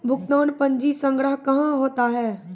भुगतान पंजी संग्रह कहां होता हैं?